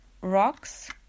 rocks